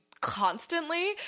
constantly